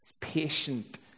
Patient